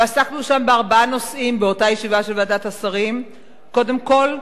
ועסקנו בארבעה נושאים: קודם כול,